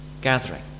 gathering